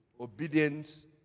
Obedience